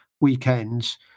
weekends